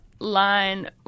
Line